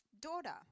daughter